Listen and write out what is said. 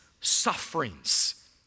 sufferings